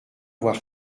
voir